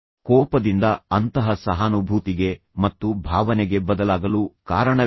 ಅವನನ್ನು ಕೇಳಿದನು ಮತ್ತು ನಂತರ ಅವನು ಈ ವ್ಯಕ್ತಿಯ ಬಗ್ಗೆ ಅರ್ಥಮಾಡಿಕೊಂಡನು